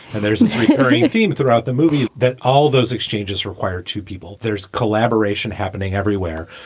and there isn't a theme throughout the movie that all those exchanges require two people. there's collaboration happening everywhere.